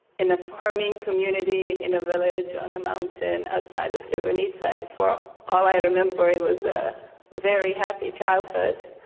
in a farming community, in a village, on a mountain outside of srebrenica and for all i remember it was a very happy childhood.